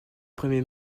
premiers